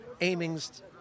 aimings